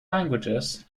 languages